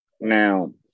Now